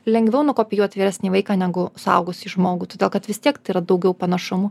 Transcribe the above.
lengviau nukopijuot vyresnį vaiką negu suaugusį žmogų todėl kad vis tiek tai yra daugiau panašumų